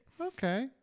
Okay